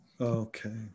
Okay